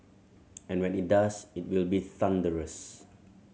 and when it does it will be thunderous